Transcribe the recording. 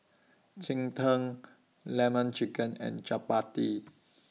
Cheng Tng Lemon Chicken and Chappati